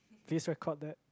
please record that